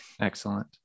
Excellent